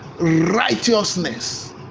Righteousness